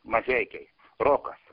mažeikiai rokas